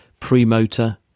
premotor